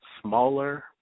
smaller